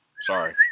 Sorry